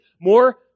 More